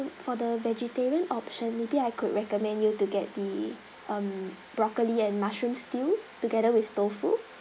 for the vegetarian option maybe I could recommend you to get the um broccoli and mushroom stew together with tofu